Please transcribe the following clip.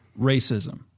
racism